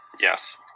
Yes